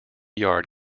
yard